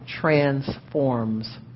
transforms